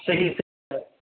صحیح